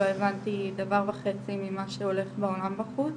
לא הבנתי דבר וחצי ממה שהולך בעולם בחוץ,